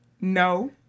No